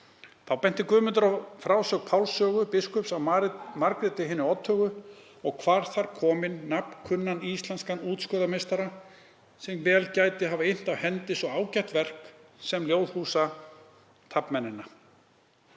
Þá benti Guðmundur á frásögn Páls sögu biskups af Margréti högu og kvað þar kominn nafnkunnan íslenskan útskurðarmeistara sem vel gæti hafa innt af hendi svo ágætt verk sem Ljóðhúsataflmennina.